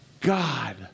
God